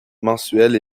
mensuel